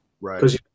right